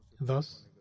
Thus